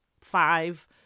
five